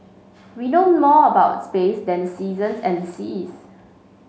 we know more about space than the seasons and the seas